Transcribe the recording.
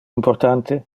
importante